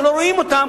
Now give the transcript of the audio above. שלא רואים אותן,